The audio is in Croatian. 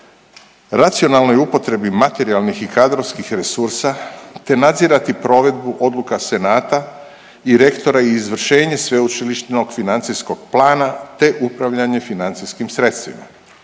racionalnoj upotrebi materijalnih i kadrovskih resursa, te nadzirati provedbu odluka senata i rektora i izvršenje sveučilišnog financijskog plana, te upravljanje financijskim sredstvima.